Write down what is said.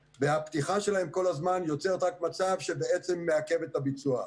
והפתיחה שלהם כל הזמן רק מעכבת את הביצוע.